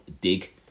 Dig